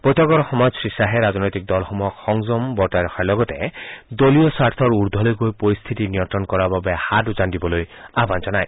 বৈঠকৰ সময়ত শ্ৰীশ্বাহে ৰাজনৈতিক দলসমূহক সংযম বৰ্তাই ৰখাৰ লগতে দলীয় স্বাৰ্থৰ উৰ্ধলৈ গৈ পৰিস্থিতি নিয়ন্ত্ৰণ কৰাৰ বাবে হাত উজান দিবলৈ আহান জনায়